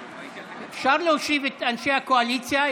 אפשר להושיב את אנשי הקואליציה?